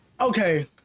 Okay